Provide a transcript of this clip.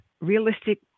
realistic